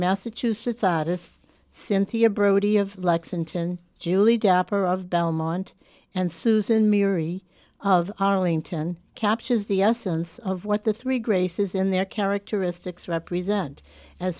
massachusetts august cynthia brody of lexington julie dapper of belmont and susan miri of arlington captures the essence of what the three graces in their characteristics represent a